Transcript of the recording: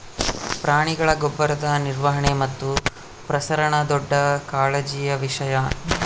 ಪ್ರಾಣಿಗಳ ಗೊಬ್ಬರದ ನಿರ್ವಹಣೆ ಮತ್ತು ಪ್ರಸರಣ ದೊಡ್ಡ ಕಾಳಜಿಯ ವಿಷಯ